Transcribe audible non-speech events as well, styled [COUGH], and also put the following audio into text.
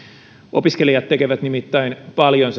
opiskelijat tekevät nimittäin paljon [UNINTELLIGIBLE]